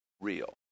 real